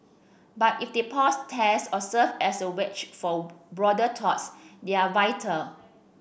but if they pause tests or serve as a wedge for broader talks they're vital